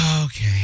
Okay